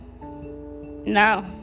no